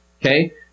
Okay